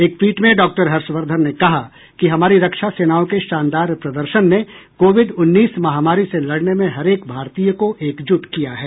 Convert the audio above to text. एक ट्वीट में डॉक्टर हर्षवर्धन ने कहा कि हमारी रक्षा सेनाओं को शानदार प्रदर्शन ने कोविड उन्नीस महामारी से लड़ने में हरेक भारतीय को एकजुट किया है